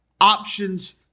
options